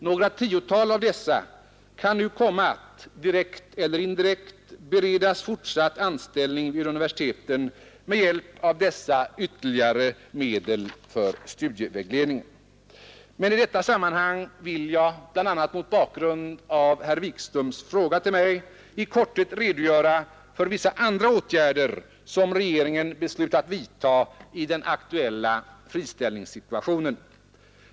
Några tiotal av dessa kan nu komma att direkt eller indirekt beredas fortsatt anställning vid universiteten med hjälp av I detta sammanhang vill jag bl.a. mot bakgrund av herr Wikströms fråga till mig i korthet redogöra för vissa andra åtgärder, som regeringen har beslutat vidta i den aktuella friställningssituationen.